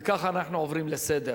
וככה אנחנו עוברים לסדר-היום.